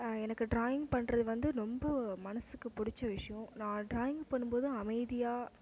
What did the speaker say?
எனக்கு ட்ராயிங் பண்ணுறது வந்து நொம்போ மனசுக்கு பிடிச்ச விஷயோம் நான் ட்ராயிங் பண்ணும்போது அமைதியாக